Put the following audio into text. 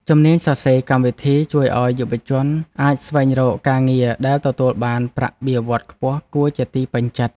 ជំនាញសរសេរកម្មវិធីជួយឱ្យយុវជនអាចស្វែងរកការងារដែលទទួលបានប្រាក់បៀវត្សខ្ពស់គួរជាទីពេញចិត្ត។